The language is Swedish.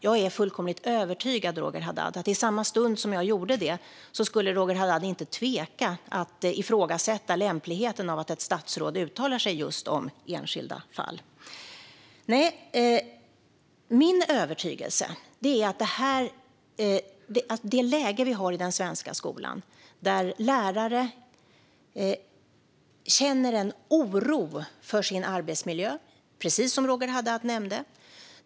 Jag är fullkomligt övertygad om, Roger Haddad, att i samma stund som jag gör det skulle Roger Haddad inte tveka att ifrågasätta lämpligheten av att ett statsråd uttalar sig om just enskilda fall. Min övertygelse är att vi har ett läge i den svenska skolan där lärare känner en oro för sin arbetsmiljö, precis som Roger Haddad nämnde.